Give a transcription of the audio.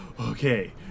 Okay